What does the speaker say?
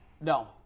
no